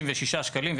67 שקלים.